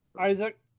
Isaac